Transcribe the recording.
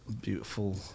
beautiful